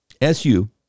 SU